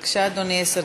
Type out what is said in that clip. היושבת-ראש,